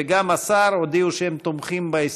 וגם השר הודיעו שהם תומכים בה.